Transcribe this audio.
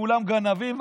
כולם גנבים,